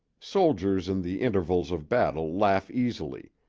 soldiers in the intervals of battle laugh easily,